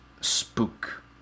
Spook